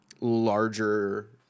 larger